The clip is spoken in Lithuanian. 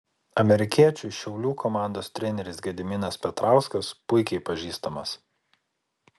amerikiečiui šiaulių komandos treneris gediminas petrauskas puikiai pažįstamas